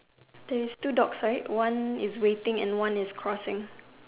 there is two dogs right one is waiting and one is crossing